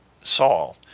Saul